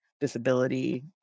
disability